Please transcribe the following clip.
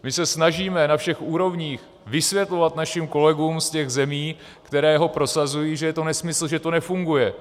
My se snažíme na všech úrovních vysvětlovat našim kolegům ze zemí, které ho prosazují, že je to nesmysl, že to nefunguje.